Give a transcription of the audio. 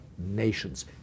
Nations